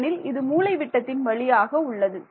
ஏனெனில் இது மூலைவிட்டத்தின் வழியாக உள்ளது